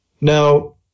Now